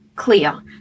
Clear